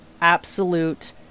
absolute